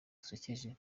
dusekeje